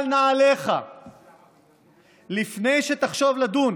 של נעליך לפני שתחשוב לדון